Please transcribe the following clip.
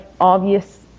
obvious